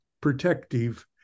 protective